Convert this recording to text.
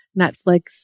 Netflix